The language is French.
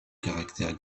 caractères